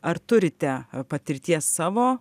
ar turite patirties savo